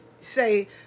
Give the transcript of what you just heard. say